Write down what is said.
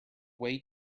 way